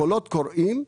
קולות קוראים.